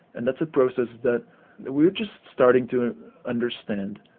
and that's a process that we are just starting to understand.